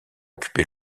occupé